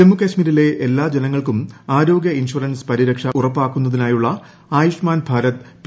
ജമ്മുകശ്മീരിലെ എല്ലാ ജനങ്ങൾക്കും ആരോഗ്യ ഇൻഷുറൻസ് പരിരക്ഷ ഉറപ്പാക്കുന്നതിനായുള്ള ആയുഷ്മാൻ ഭാരത് പി